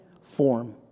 form